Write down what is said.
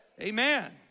Amen